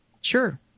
sure